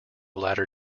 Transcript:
latter